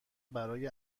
برای